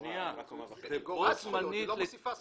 היא לא מוסיפה זכויות.